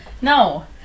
No